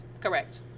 correct